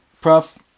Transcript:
Prof